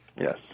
Yes